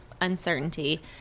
uncertainty